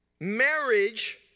marriage